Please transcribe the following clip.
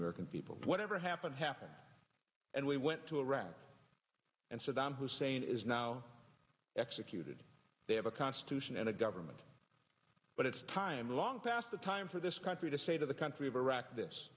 american people whatever happened happened and we went to iraq and saddam hussein is now executed they have a constitution and a government but it's time long past the time for this country to say to the country of iraq this